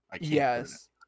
Yes